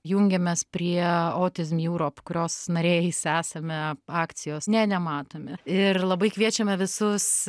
jungiamės prie autism europe kurios nariais esame akcijos ne nematomi ir labai kviečiame visus